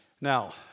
Now